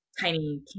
tiny